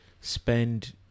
spend